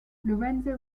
lorenzo